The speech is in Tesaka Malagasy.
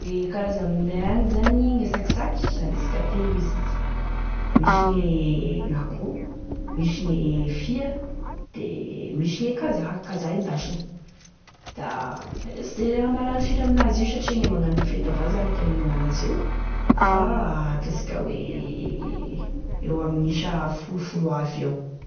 E karazany aminay agny zany e sakisaky anisika telo avao: misy gn'akoho, misy e fia, misy gne kazaha kazaha endasina da sy de sy de mahalany firy amin'azy io satria da e magnano fety avao e minagny an'azy io fa ataosika hoe eo amin'isa folofolo avy eo.